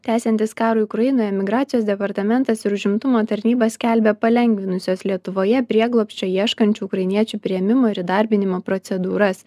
tęsiantis karui ukrainoje migracijos departamentas ir užimtumo tarnyba skelbia palengvinusios lietuvoje prieglobsčio ieškančių ukrainiečių priėmimo ir įdarbinimo procedūras